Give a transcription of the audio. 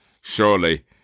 Surely